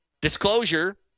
Disclosure